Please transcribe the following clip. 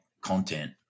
content